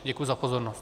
Děkuji za pozornost.